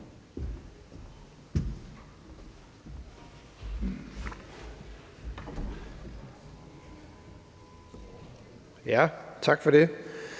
Tak for det.